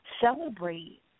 celebrate